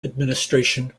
administration